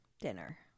Dinner